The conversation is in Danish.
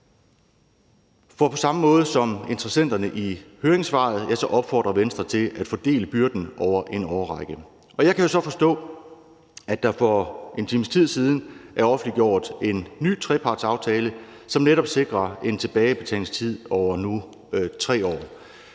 For på samme måde som interessenterne i høringssvaret gør, opfordrer Venstre til at fordele byrden over en årrække. Jeg kan jo så forstå, at der for en times tid siden er offentliggjort en ny trepartsaftale, som netop sikrer en tilbagebetalingstid på nu 3 år.